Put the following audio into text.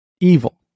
Evil